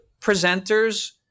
presenters